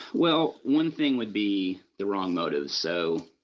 well, one thing would be the wrong motive. so,